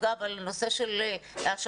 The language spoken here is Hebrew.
אגב על נושא של השפ"ח,